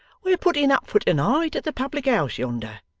we're putting up for to-night at the public-house yonder,